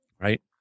Right